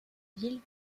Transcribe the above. ville